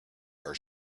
are